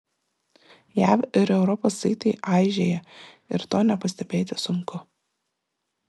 jav ir europos saitai aižėja ir to nepastebėti sunku